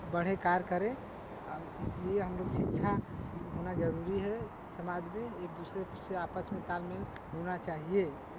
बढ़े कार्य करे इसलिए हमलोग शिक्षा होना जरूरी है समाज में एक दूसरे से आपस में तालमेल होना चाहिए